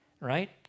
right